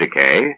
decay